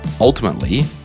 ultimately